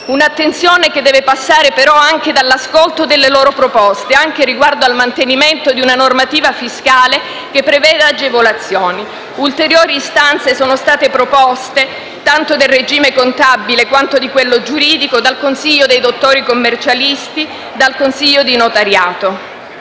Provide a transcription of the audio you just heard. un'attenzione che deve passare però anche dall'ascolto delle loro proposte anche riguardo al mantenimento di una normativa fiscale che prevede agevolazioni. Ulteriori istanze sono state proposte, tanto del regime contabile quanto di quello giuridico, dal Consiglio nazionale dei dottori commercialisti e degli esperti